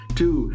two